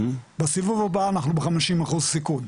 בסיבוב הבא, אנחנו בחמישים אחוז סיכון,